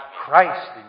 Christ